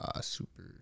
super